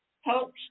helps